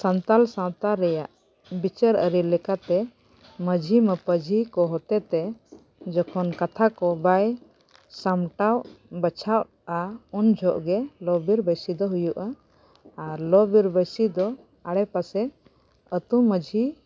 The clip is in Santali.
ᱥᱟᱱᱛᱟᱲ ᱥᱟᱶᱛᱟ ᱨᱮᱭᱟᱜ ᱵᱤᱪᱟᱹᱨ ᱟᱹᱨᱤ ᱞᱮᱠᱟᱛᱮ ᱢᱟᱺᱡᱷᱤᱼᱢᱟᱯᱟᱡᱷᱤ ᱠᱚ ᱦᱚᱛᱮᱛᱮ ᱡᱚᱠᱷᱚᱱ ᱠᱟᱛᱷᱟ ᱠᱚ ᱵᱟᱭ ᱥᱟᱢᱴᱟᱣ ᱵᱟᱪᱷᱟᱜᱼᱟ ᱩᱱ ᱡᱷᱚᱜ ᱜᱮ ᱞᱚ ᱵᱤᱨ ᱵᱟᱹᱭᱥᱤ ᱫᱚ ᱦᱩᱭᱩᱜᱼᱟ ᱟᱨ ᱞᱚ ᱵᱤᱨ ᱵᱟᱹᱭᱥᱤ ᱫᱚ ᱟᱰᱮᱼᱯᱟᱥᱮ ᱟᱛᱳ ᱢᱟᱺᱡᱷᱤ